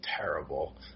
terrible